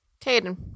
Caden